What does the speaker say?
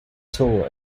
tour